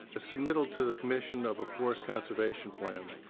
a submittal to the commission of a forest conservation plan.